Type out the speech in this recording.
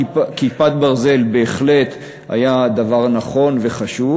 "כיפת ברזל" בהחלט היה דבר נכון וחשוב.